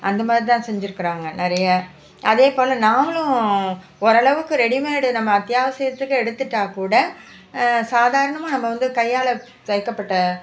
அந்த மாதிரி தான் செஞ்சுருக்குறாங்க நிறைய அதே போல் நாங்களும் ஓரளவுக்கு ரெடிமேடு நம்ம அத்தியாவசியத்துக்கு எடுத்துட்டால் கூட சாதாரணமாக நம்ம வந்து கையால் தைக்கப்பட்ட